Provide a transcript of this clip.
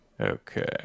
Okay